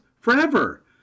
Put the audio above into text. forever